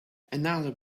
another